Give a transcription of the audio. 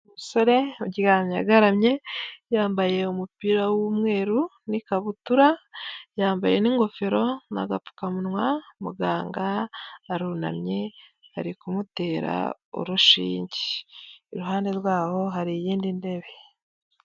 Umusore uryamye agaramye, yambaye umupira w'umweru n'ikabutura, yambaye n'ingofero n'gapfukamunwa, muganga arunamye ari kumutera urushinge, iruhande rwaho hari iyindi ntebe.